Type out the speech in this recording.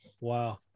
Wow